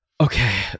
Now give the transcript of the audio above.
Okay